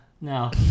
No